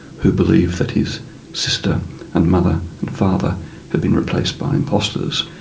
who believed that his sister and mother and father had been replaced by imposters.